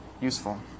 useful